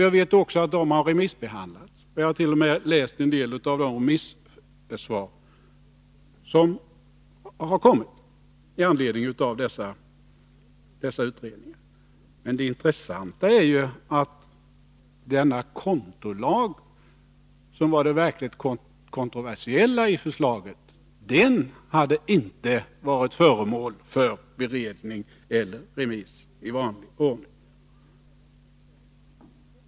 Jag vet också att de har remissbehandlats, och jag har t.o.m. läst en del av de remissvar som har kommit med anledning av dessa utredningar. Men det intressanta är ju att denna kontolag, som var det verkligt kontroversiella i förslaget, inte hade varit föremål för beredning eller remiss i vanlig ordning.